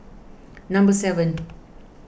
number seven